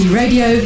radio